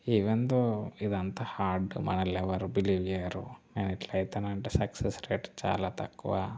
even though ఇదంతా hard మనల్ని ఎవరు బిలీవ్ చేయరు నేను ఇట్లా అయితానంటే సక్సెస్ రేట్ చాలా తక్కువ